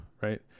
right